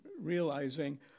realizing